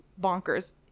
bonkers